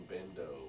Bendo